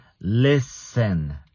listen